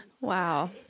Wow